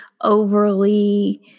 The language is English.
overly